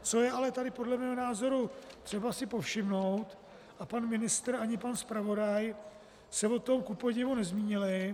Čeho je ale tady podle mého názoru třeba si povšimnout, a pan ministr ani pan zpravodaj se o tom kupodivu nezmínili.